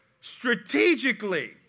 strategically